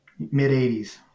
mid-'80s